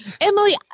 Emily